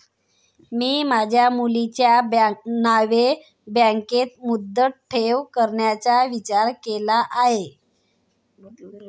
मी माझ्या मुलीच्या नावे बँकेत मुदत ठेव करण्याचा विचार केला आहे